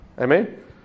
Amen